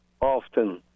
often